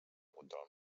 control